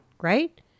right